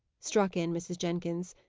struck in mrs. jenkins.